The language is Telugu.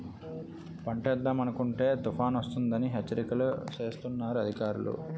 పంటేద్దామనుకుంటే తుపానొస్తదని హెచ్చరికలు సేస్తన్నారు అధికారులు